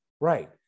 right